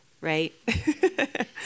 right